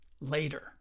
later